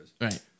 Right